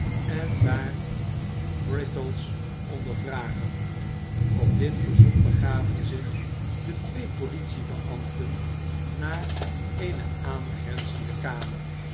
en daar brittles ondervragen op dit verzoek begaven zich de twee politiebeambten naar eene aangrenzende kamer